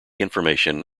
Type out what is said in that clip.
information